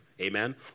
amen